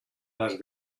las